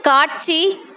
காட்சி